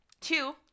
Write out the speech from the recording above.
two